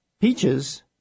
Peaches